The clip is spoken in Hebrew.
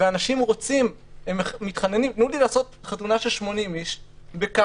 אנשים מתחננים: "תנו לי לעשות חתונה של 80 אנשים בקפסולות,